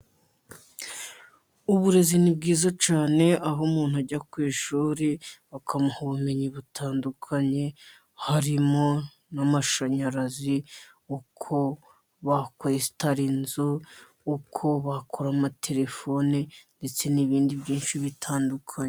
Uburezi ni bwiza cyane aho umuntu ajya ku ishuri bakamuha ubumenyi butandukanye, harimo n'amashanyarazi, uko bakwesitara inzu, uko bakora amaterefoni, ndetse n'ibindi byinshi bitandukanye.